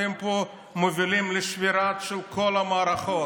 אתם מובילים פה לשבירה של כל המערכות.